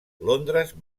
londres